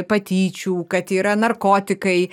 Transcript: patyčių kad yra narkotikai